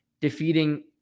defeating